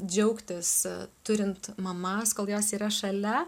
džiaugtis turint mamas kol jos yra šalia